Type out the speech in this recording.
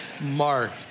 mark